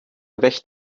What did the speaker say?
recht